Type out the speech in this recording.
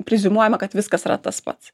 preziumuojama kad viskas yra tas pats